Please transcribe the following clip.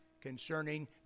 concerning